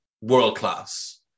world-class